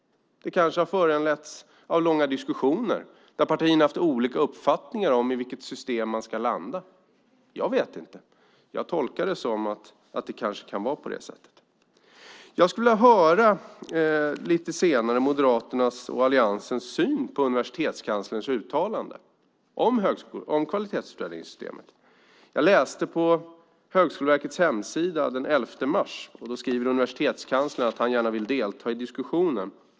Det här kanske har föranlett långa diskussioner där partierna haft olika uppfattningar om i vilket system man ska landa. Jag vet inte. Jag tolkar det som att det kan vara på det sättet. Jag skulle vilja höra lite senare om Moderaternas och Alliansens syn på universitetskanslerns uttalanden om kvalitetsutvärderingssystemet. Jag läste på Högskolverkets hemsida den 11 mars där universitetskanslern skriver att han gärna vill delta i diskussionen.